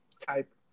type